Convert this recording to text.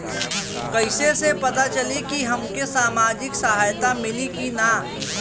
कइसे से पता चली की हमके सामाजिक सहायता मिली की ना?